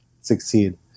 succeed